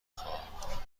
خواهم